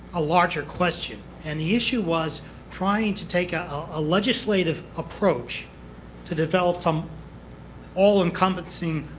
a larger question. and the issue was trying to take ah a legislative approach to develop some all-encompassing,